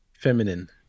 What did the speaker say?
Feminine